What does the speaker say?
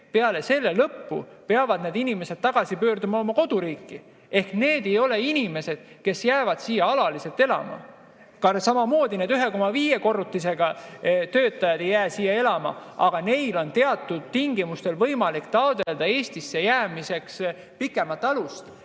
Peale selle [aja] lõppu peavad need inimesed tagasi pöörduma oma koduriiki. Need ei ole inimesed, kes jäävad siia alaliselt elama. Samamoodi ka need 1,5 korrutisega töötajad ei jää siia elama, aga neil on teatud tingimustel võimalik taotleda Eestisse jäämiseks pikemat alust.